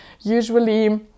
Usually